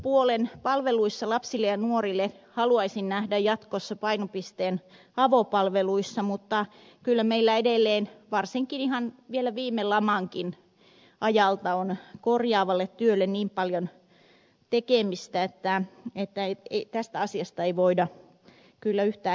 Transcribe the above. mielenterveyspuolen palveluissa lapsille ja nuorille haluaisin nähdä jatkossa painopisteen avopalveluissa mutta kyllä meillä edelleen varsinkin ihan vielä viime lamankin ajalta on korjaavassa työssä niin paljon tekemistä että tästä asiasta ei voida kyllä yhtään hellittää